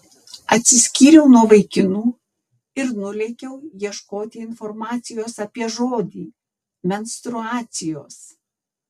atsiskyriau nuo vaikinų ir nulėkiau ieškoti informacijos apie žodį menstruacijos